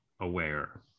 aware